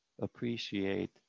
appreciate